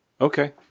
Okay